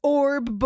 orb